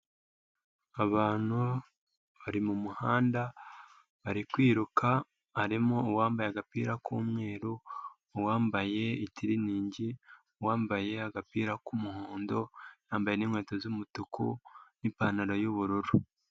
Abantu bari mu muhanda bari kwiruka harimo uwambaye agapira k'umweru, uwambaye itiriningi, uwambaye agapira k'umuhondo, yambaye n'inkweto z'umutuku n'ipantaro y'ubururu.